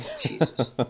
Jesus